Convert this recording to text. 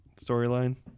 storyline